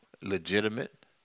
legitimate